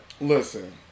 listen